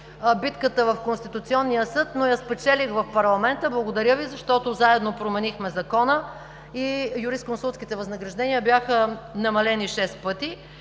битката в Конституционния съд, но спечелих в парламента. Благодаря, защото заедно променихме закона и юрисконсултските възнаграждения бяха намалени шест пъти.